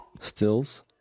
Stills